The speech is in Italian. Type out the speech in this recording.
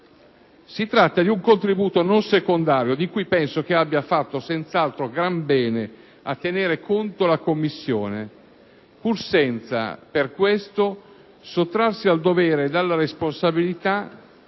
Si tratta di un contributo non secondario, di cui penso abbia fatto senz'altro gran bene a tenere conto la Commissione, pur senza per questo sottrarsi al dovere ed alla responsabilità